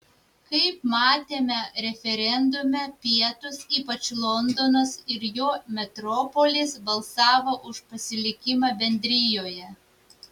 kaip matėme referendume pietūs ypač londonas ir jo metropolis balsavo už pasilikimą bendrijoje